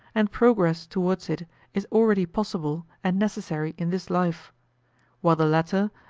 and progress towards it is already possible and necessary in this life while the latter,